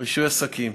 רישוי עסקים.